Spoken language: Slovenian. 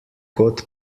kot